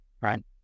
right